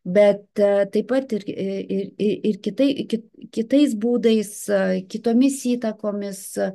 bet taip pat ir ir ir kitai ki kitais būdais kitomis įtakomis